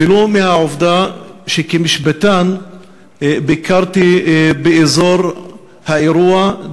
ולו בשל העובדה שכמשפטן ביקרתי באזור האירוע,